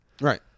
Right